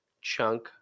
Chunk